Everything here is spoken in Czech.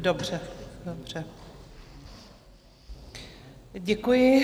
Dobře, děkuji.